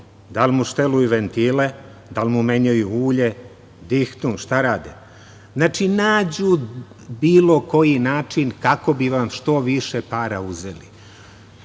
Da li mu šteluju ventile, da li mu menjaju ulje, dihtung, šta rade? Znači, nađu bilo koji način kako bi vam što više para uzeli.